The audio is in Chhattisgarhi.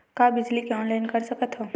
का बिजली के ऑनलाइन कर सकत हव?